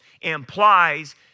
implies